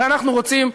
הרי אנחנו רוצים,